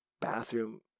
bathroom